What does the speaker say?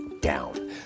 down